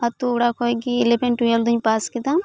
ᱟᱹᱛᱩ ᱚᱲᱟᱜ ᱠᱷᱚᱡ ᱜᱮ ᱤᱞᱮᱵᱷᱮᱱ ᱴᱩᱭᱮᱞᱵᱷ ᱫᱩᱧ ᱯᱟᱥ ᱠᱮᱫᱟ